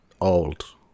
old